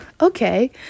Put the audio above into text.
Okay